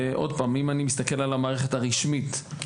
אם אני מסתכל על המערכת הרשמית,